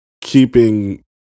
keeping